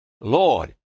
Lord